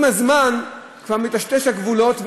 עם הזמן כבר מיטשטשים הגבולות,